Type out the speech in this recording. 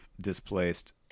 displaced